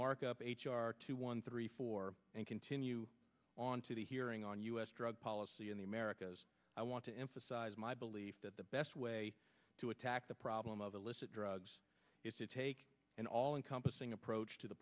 mark up h r two one three four and continue on to the hearing on u s drug policy in the americas i want to emphasize my belief that the best way to attack the problem of illicit drugs is to take an all encompassing approach to the